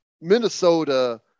Minnesota